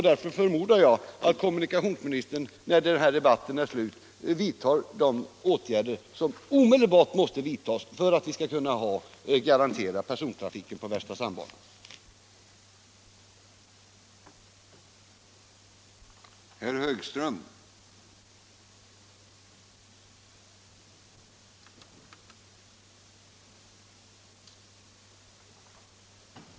Därför förmodar jag att kommunikationsministern, när denna debatt är slut, vidtar de åtgärder som omedelbart måste till för att persontrafiken på västra stambanan skall kunna fortgå i oförändrad omfattning även i framtiden.